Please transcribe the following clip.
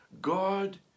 God